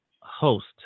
host